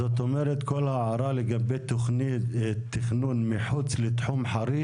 זאת אומרת כל הערה לגבי תכנון מחוץ לתחום חריש